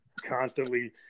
constantly